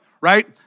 right